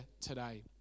today